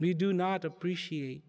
we do not appreciate